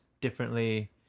differently